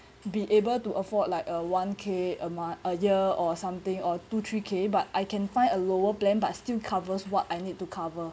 be able to afford like uh one K a month a year or something or two three K but I can find a lower plan but still covers what I need to cover